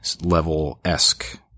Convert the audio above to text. level-esque